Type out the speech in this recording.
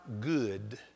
good